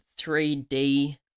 3D